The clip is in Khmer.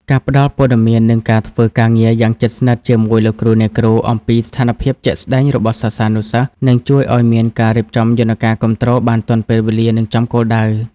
ការផ្ដល់ព័ត៌មាន និងការធ្វើការងារយ៉ាងជិតស្និទ្ធជាមួយលោកគ្រូអ្នកគ្រូអំពីស្ថានភាពជាក់ស្តែងរបស់សិស្សានុសិស្ស នឹងជួយឱ្យមានការរៀបចំយន្តការគាំទ្របានទាន់ពេលវេលា និងចំគោលដៅ។